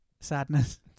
Sadness